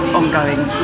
ongoing